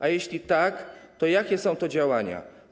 A jeśli tak, to jakie są to działania?